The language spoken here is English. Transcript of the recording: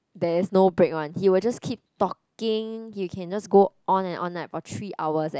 there is no break one he will just keep talking he can just go on and on like for three hours eh